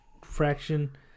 fraction